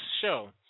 show